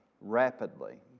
rapidly